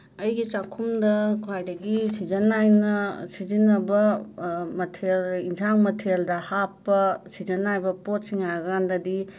ꯑꯩꯒꯤ ꯆꯥꯛꯈꯨꯝꯗ ꯈ꯭ꯋꯥꯏꯗꯒꯤ ꯁꯤꯖꯟ ꯅꯥꯏꯅ ꯁꯤꯖꯤꯟꯅꯕ ꯃꯊꯦꯜ ꯏꯟꯖꯥꯡ ꯃꯊꯦꯜꯗ ꯍꯥꯞꯄ ꯁꯤꯖꯟ ꯅꯥꯏꯕ ꯄꯣꯠꯁꯤꯡ ꯍꯥꯏꯔꯀꯥꯟꯗꯗꯤ